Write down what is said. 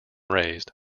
raised